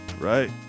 right